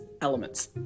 elements